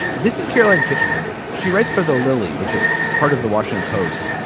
this is carolyn kitchener. she writes for the liley, which is part of the washington post.